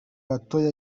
batoya